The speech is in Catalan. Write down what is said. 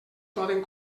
poden